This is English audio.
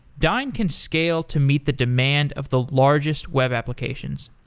dyn can scale to meet the demand of the largest web applications.